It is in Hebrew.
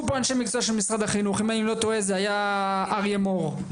אם אני לא טועה זה היה אריה מור,